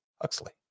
Huxley